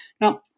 Now